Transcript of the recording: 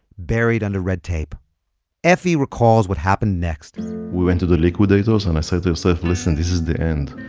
buried under red tape efi recalls what happened next we went to the liquidators and i said to yosef, listen, this is the end.